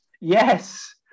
Yes